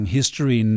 History